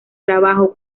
trabajo